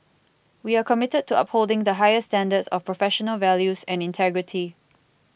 we are committed to upholding the highest standards of professional values and integrity